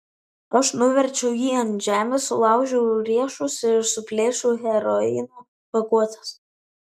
aš nuverčiau jį ant žemės sulaužiau riešus ir suplėšiau heroino pakuotes